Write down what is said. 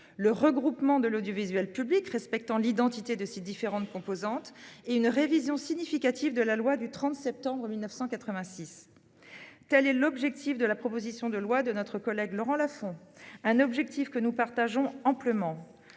le regroupement de l'audiovisuel public, respectant l'identité de ses différentes composantes, et une révision significative de la loi du 30 septembre 1986 relative à la liberté de communication. Tel est l'objectif de la proposition de loi de notre collègue Laurent Lafon ; un objectif que nous partageons amplement.